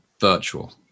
virtual